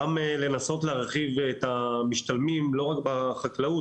גם לנסות להחיל את המשתלמים לא רק בחקלאות,